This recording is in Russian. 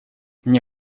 мне